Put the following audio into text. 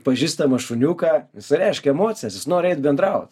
pažįstamą šuniuką jisai reiškia emocijas jis nori eit bendraut